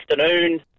afternoon